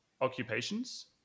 occupations